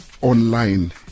online